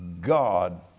God